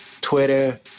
Twitter